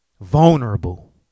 vulnerable